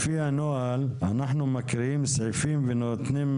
לפני הנוהל אנחנו מקריאים סעיפים ונותנים